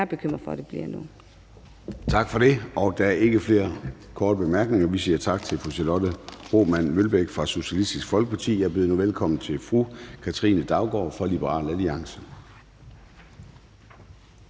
Første næstformand (Leif Lahn Jensen): Tak for det. Der er ikke flere korte bemærkninger. Vi siger tak til fru Charlotte Broman Mølbæk fra Socialistisk Folkeparti. Jeg byder nu velkommen til fru Katrine Daugaard fra Liberal Alliance.